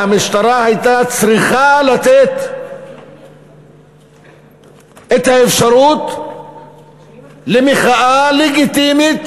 והמשטרה הייתה צריכה לתת את האפשרות למחאה לגיטימית,